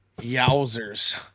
Yowzers